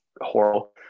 horrible